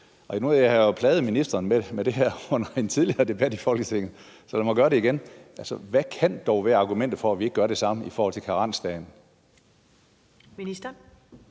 har jeg jo plaget ministeren med det her under en tidligere debat i Folketinget, så lad mig gøre det igen: Altså, hvad kan dog være argumentet for, at vi ikke gør det samme i forhold til karensdagen? Kl.